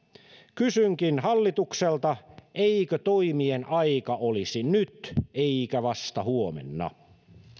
kysynkin hallitukselta eikö toimien aika olisi nyt eikä vasta huomenna